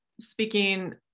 speaking